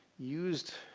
used